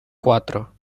cuatro